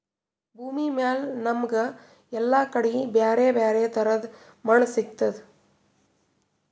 ಭೂಮಿಮ್ಯಾಲ್ ನಮ್ಗ್ ಎಲ್ಲಾ ಕಡಿ ಬ್ಯಾರೆ ಬ್ಯಾರೆ ತರದ್ ಮಣ್ಣ್ ಸಿಗ್ತದ್